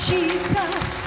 Jesus